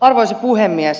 arvoisa puhemies